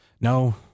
No